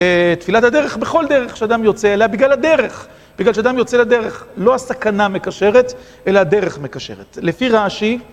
תפילת הדרך, בכל דרך שאדם יוצא, אלא בגלל הדרך. בגלל שאדם יוצא לדרך, לא הסכנה מקשרת, אלא הדרך מקשרת. לפי רש"י...